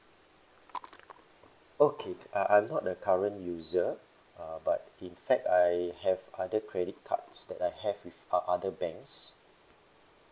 okay uh I'm not a current user uh but in fact I have other credit cards that I have with uh other banks